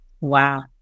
Wow